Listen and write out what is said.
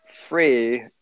free